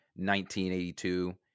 1982